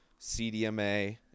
CDMA